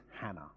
Hannah